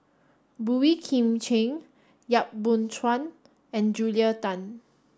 Boey Kim Cheng Yap Boon Chuan and Julia Tan